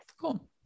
cool